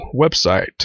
website